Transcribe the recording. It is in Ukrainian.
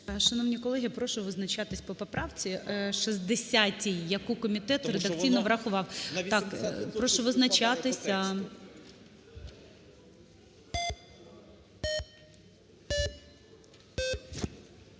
Шановні колеги, прошу визначатись по поправці 60-й, яку комітет редакційно врахував.